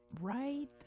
right